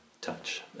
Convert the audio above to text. touch